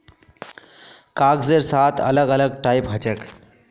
कागजेर सात अलग अलग टाइप हछेक